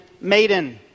maiden